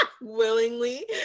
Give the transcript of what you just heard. Willingly